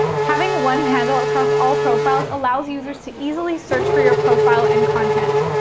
having one handle across all profiles allows users to easily search for your profile and content.